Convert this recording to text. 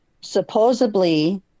supposedly